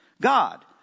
God